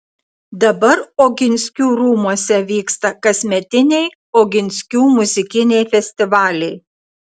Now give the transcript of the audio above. dabar oginskių rūmuose vyksta kasmetiniai oginskių muzikiniai festivaliai